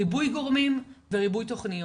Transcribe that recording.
ריבוי גורמים וריבוי תוכניות.